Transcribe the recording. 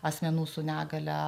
asmenų su negalia